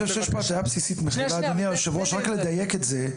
רק לדייק את זה,